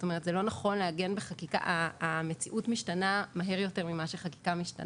זה לא נכון לעגן בחקיקה -- המציאות משתנה מהר יותר מאשר חקיקה.